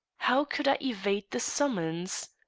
how could i evade the summons?